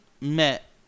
met